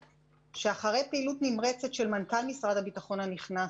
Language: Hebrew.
שאחרי פעילות נמרצת של מנכ"ל משרד הביטחון הנכנס